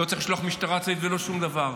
לא צריך לשלוח משטרה צבאית ולא שום דבר.